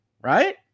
right